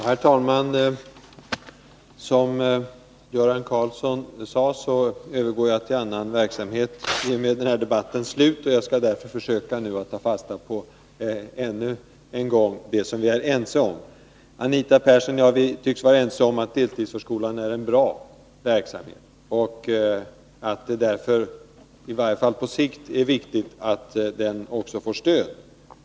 Herr talman! Som Göran Karlsson nämnde övergår jag till annan verksamhet i och med den här debattens slut. Jag skall därför nu ännu en gång försöka ta fasta på det som vi är ense om. Anita Persson och jag tycks vara ense om att deltidsförskolan är en bra verksamhet och att det därför, i varje fall på lång sikt, är viktigt att den också får stöd.